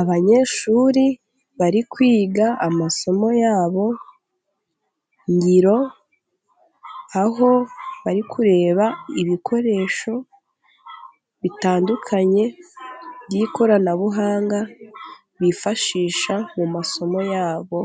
Abanyeshuri bari kwiga amasomo yabo ngiro, aho bari kureba ibikoresho bitandukanye by'ikoranabuhanga bifashisha mu masomo yabo